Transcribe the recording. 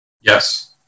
Yes